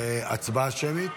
הצבעה שמית?